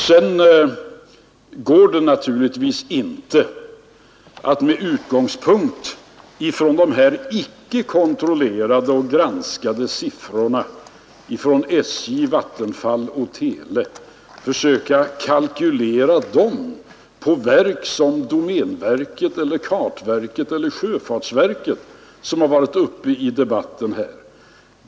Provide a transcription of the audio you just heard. Det går naturligtvis inte att utgå från de här icke kontrollerade och icke granskade siffrorna från SJ, Vattenfall och televerket och försöka kalkera dem på sådana verk som domänverket, kartverket och sjöfartsverket, som har nämnts i debatten här.